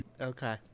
okay